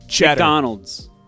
McDonald's